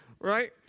Right